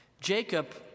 Jacob